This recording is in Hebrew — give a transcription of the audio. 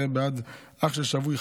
הרי בעד אח של שבוי,